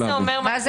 מה זה אומר "מתניעה"?